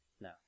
No